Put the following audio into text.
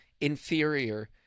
inferior